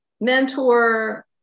mentor